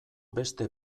beste